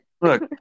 Look